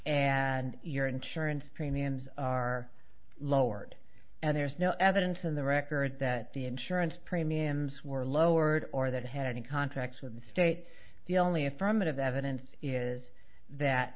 and your insurance premiums are lowered and there's no evidence in the record that the insurance premiums were lowered or that had any contracts with the states the only affirmative evidence is that